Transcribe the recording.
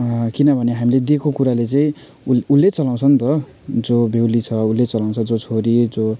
किनभने हामीले दिएको कुराले चाहिँ उस उसले चलाउँछन् त जो बेहुली छ उसले चलाउँछ जो छोरी जो